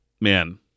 man